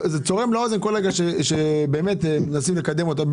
זה צורם לאוזן שכל רגע מנסים לקדם אותנו.